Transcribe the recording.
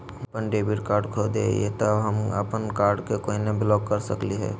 हम अपन debit card खो दे ही, त हम अप्पन कार्ड के केना ब्लॉक कर सकली हे?